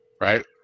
right